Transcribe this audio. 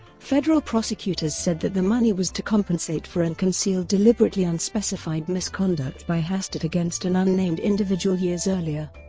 federal prosecutors said that the money was to compensate for and conceal deliberately unspecified misconduct by hastert against an unnamed individual years earlier.